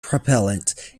propellant